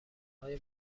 های